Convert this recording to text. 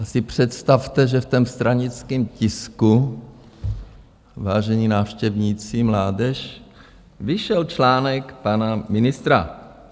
Tak si představte, že v tom stranickém tisku, vážení návštěvníci, mládeži , vyšel článek pana ministra.